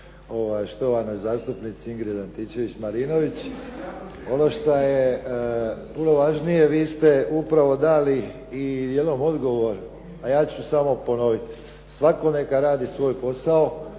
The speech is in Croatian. štovanoj zastupnici Ingrid Antičević-Marinović, ono što je puno važnije vi ste upravo dali i dijelom odgovor, a ja ću samo ponoviti. Svatko neka radi svoj posao